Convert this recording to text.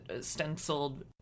stenciled